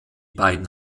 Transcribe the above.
beiden